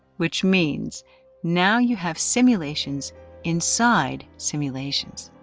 which means now you have simulations inside simulations.